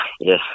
Yes